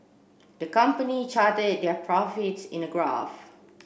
the company charted their profits in a graph